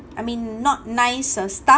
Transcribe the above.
I mean not nice uh stuff